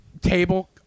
table –